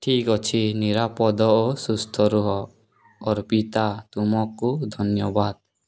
ଠିକ୍ ଅଛି ନିରାପଦ ଓ ସୁସ୍ଥ ରୁହ ଅର୍ପିତା ତୁମକୁ ଧନ୍ୟବାଦ